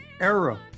era